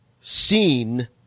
seen